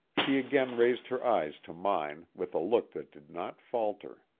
she again raised her eyes to mine, with a look that did not falter.